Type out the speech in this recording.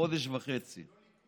בחודש וחצי.